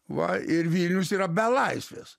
va ir vilnius yra be laisvės